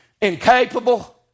incapable